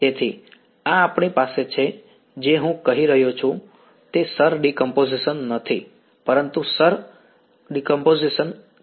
તેથી આ આપણી પાસે છે જે હું કહી રહ્યો છું તે શર ડીકંપોઝિશન નથી પરંતુ શર પ્રશંસા બરાબર છે